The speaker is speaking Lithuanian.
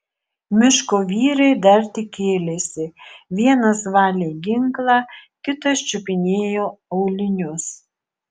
miško vyrai dar tik kėlėsi vienas valė ginklą kitas čiupinėjo aulinius